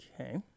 okay